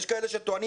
יש כאלה שטוענים,